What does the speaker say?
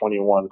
21